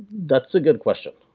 that's a good question.